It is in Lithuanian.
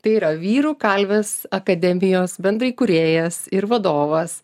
tai yra vyrų kalvės akademijos bendraįkūrėjas ir vadovas